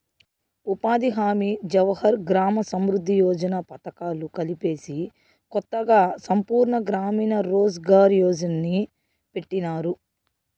ఉపాధి హామీ జవహర్ గ్రామ సమృద్ది యోజన పథకాలు కలిపేసి కొత్తగా సంపూర్ణ గ్రామీణ రోజ్ ఘార్ యోజన్ని పెట్టినారు